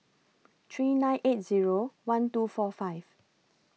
three nine eight Zero one two four five